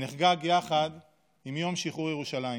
נחגג יחד עם יום שחרור ירושלים.